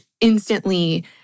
instantly